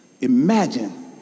Imagine